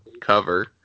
cover